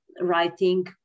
writing